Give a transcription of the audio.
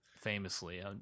famously